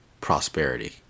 prosperity